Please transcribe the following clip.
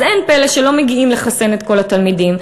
אז אין פלא שלא מגיעים לחיסון כל התלמידים.